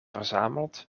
verzameld